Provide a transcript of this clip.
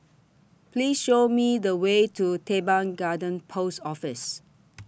Please Show Me The Way to Teban Garden Post Office